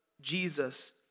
Jesus